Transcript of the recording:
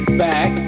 back